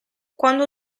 quando